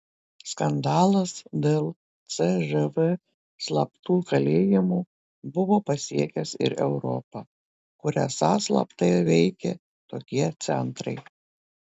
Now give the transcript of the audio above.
skandalas dėl cžv slaptų kalėjimų buvo pasiekęs ir europą kur esą slaptai veikė tokie centrai